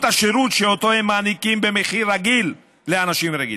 השירות שאותו הם מעניקים במחיר רגיל לאנשים רגילים.